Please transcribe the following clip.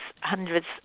hundreds